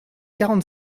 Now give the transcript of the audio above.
quarante